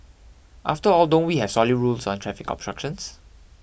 after all don't we have solid rules on traffic obstruction